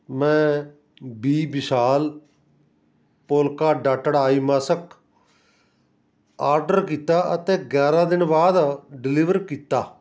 ਮੈਂ ਬੀ ਵਿਸ਼ਾਲ polka dotted eye mask order ਕੀਤਾ ਅਤੇ ਗਿਆਰਾਂ ਦਿਨ ਬਾਅਦ ਡਿਲੀਵਰ ਕੀਤਾ